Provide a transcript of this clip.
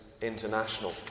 international